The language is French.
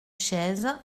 chaise